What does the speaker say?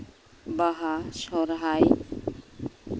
ᱵᱟᱦᱟ ᱥᱚᱨᱦᱟᱭ